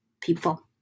people